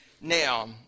Now